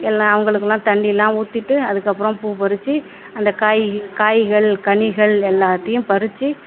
எல்லாம் அவர்களுக்கெல்லாம் தண்ணி எல்லாம் ஊற்றிட்டு எல்லாம் பூ பறிச்சு அந்த காய் காயிகள் கனிகள் எல்லாத்தையும் பறிச்சு